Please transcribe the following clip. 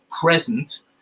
present